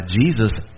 Jesus